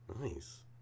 nice